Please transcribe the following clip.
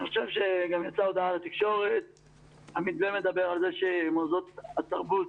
הנוסחה בגדול אומרת שגוף שהיה מוטה הכנסות עצמיות,